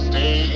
Stay